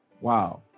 wow